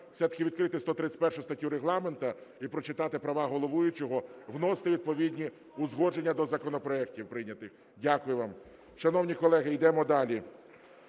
все-таки відкрити 131 статтю Регламенту і прочитати права головуючого вносити відповідні узгодження до законопроектів прийнятих. Дякую вам. Шановні колеги, йдемо далі.